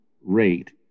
rate